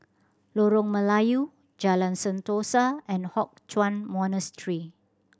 Lorong Melayu Jalan Sentosa and Hock Chuan Monastery